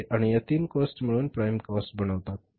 आणि या तीन कॉस्ट मिळून प्राइम कॉस्ट बनवतात